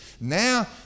Now